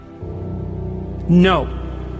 No